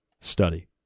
study